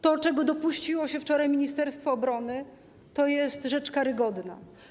To, czego dopuściło się wczoraj ministerstwo obrony, to jest rzecz karygodna.